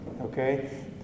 Okay